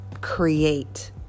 create